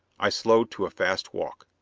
i slowed to a fast walk.